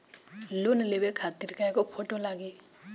Loan लेवे खातिर कै गो फोटो लागी?